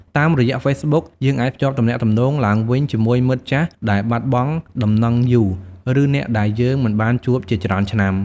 តាមរយៈហ្វេសប៊ុក យើងអាចភ្ជាប់ទំនាក់ទំនងឡើងវិញជាមួយមិត្តចាស់ដែលបាត់បង់ដំណឹងយូរ ឬអ្នកដែលយើងមិនបានជួបជាច្រើនឆ្នាំ។